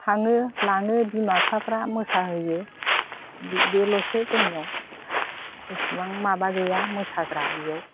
थाङो लाङो बिमा बिफाफ्रा मोसाहोयो बेल'सो जोंनियाव इसिबां माबा गैया मोसाग्रा बेयाव